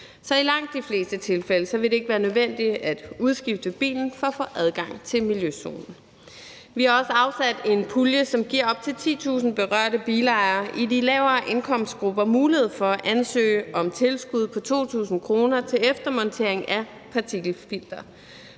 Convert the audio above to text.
Så i langt de fleste tilfælde vil det ikke være nødvendigt at udskifte bilen for at få adgang til miljøzonen. Vi har også afsat en pulje, som giver op til 10.000 berørte bilejere i de lavere indkomstgrupper mulighed for at ansøge om tilskud på 2.000 kr. til eftermontering af et partikelfilter.